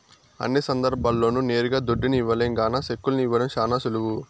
అన్ని సందర్భాల్ల్లోనూ నేరుగా దుడ్డుని ఇవ్వలేం గాన సెక్కుల్ని ఇవ్వడం శానా సులువు